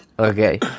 Okay